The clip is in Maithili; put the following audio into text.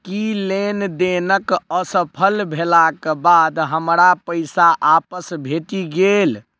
की लेनदेनक असफल भेलाक बाद हमरा पैसा आपस भेटि गेल